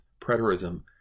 Preterism